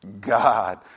God